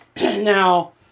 Now